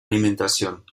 alimentación